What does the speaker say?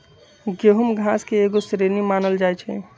गेहूम घास के एगो श्रेणी मानल जाइ छै